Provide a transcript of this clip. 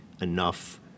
enough